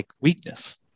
weakness